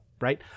right